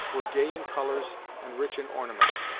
were gay in colours and rich in ornaments.